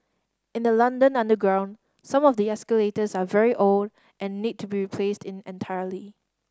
in the London underground some of the escalators are very old and need to be replaced in entirety